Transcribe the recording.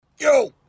Yo